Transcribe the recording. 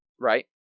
right